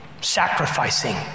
Sacrificing